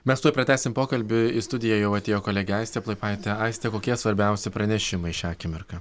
mes tuoj pratęsim pokalbį į studiją jau atėjo kolegė aistė plaipaitė aiste kokie svarbiausi pranešimai šią akimirką